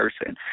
person